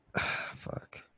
Fuck